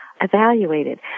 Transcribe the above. evaluated